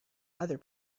other